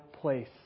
place